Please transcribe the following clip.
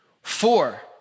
Four